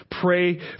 Pray